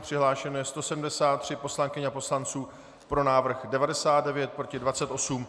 Přihlášeno je 173 poslankyň a poslanců, pro návrh 99, proti 28.